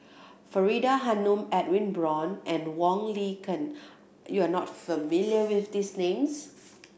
Faridah Hanum Edwin Brown and Wong Li Ken you are not familiar with these names